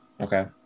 Okay